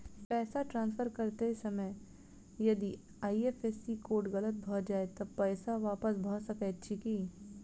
पैसा ट्रान्सफर करैत समय यदि आई.एफ.एस.सी कोड गलत भऽ जाय तऽ पैसा वापस भऽ सकैत अछि की?